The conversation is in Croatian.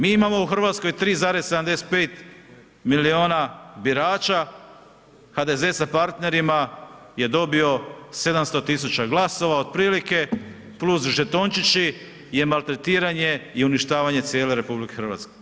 Mi imamo u Hrvatskoj 3,75 miliona birača, HDZ sa partnerima je dobio 700.000 glasova otprilike plus žetončići je maltretiranje i uništavanje cijele RH.